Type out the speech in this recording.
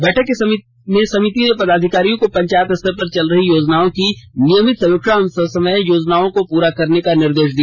बैठक के समिति ने पदाधिकारियों को पंचायत स्तर पर चल रही योजनाओं की नियमित समीक्षा एवं ससमय योजनाओं को पूरा करने का निर्देश दिया